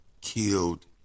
killed